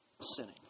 sinning